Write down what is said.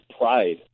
pride